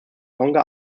tonga